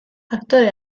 aktore